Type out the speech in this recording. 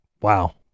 Wow